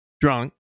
drunk